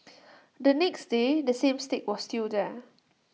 the next day the same stick was still there